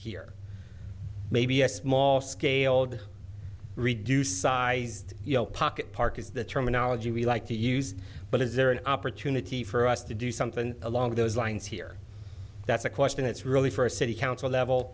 here maybe a small scaled reduced sized pocket park is the terminology we like to use but is there an opportunity for us to do something along those lines here that's a question it's really for a city council level